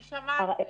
מי שמע על זה?